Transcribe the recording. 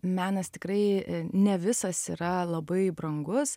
menas tikrai ne visas yra labai brangus